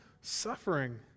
suffering